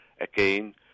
again